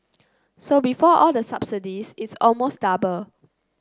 so before all the subsidies it's almost double